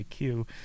IQ